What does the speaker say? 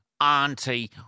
auntie